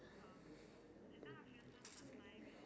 I think you have to practice to make it like good